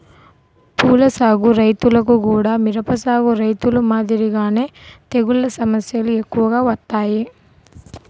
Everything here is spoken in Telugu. పూల సాగు రైతులకు గూడా మిరప సాగు రైతులు మాదిరిగానే తెగుల్ల సమస్యలు ఎక్కువగా వత్తాయి